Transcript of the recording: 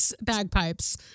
bagpipes